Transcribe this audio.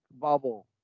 bubble